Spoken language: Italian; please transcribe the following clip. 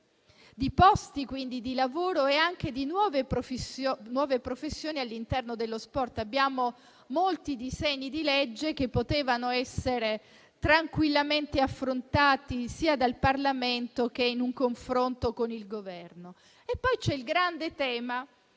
di posti di lavoro e anche di nuove professioni all'interno dello sport. Abbiamo molti disegni di legge che potevano essere tranquillamente affrontati sia dal Parlamento che in un confronto con il Governo. Poi c'è il grande tema